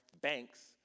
banks